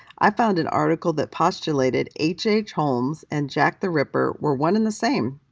i found an article that postulated h h. holmes and jack the ripper were one and the same.